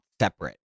separate